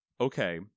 okay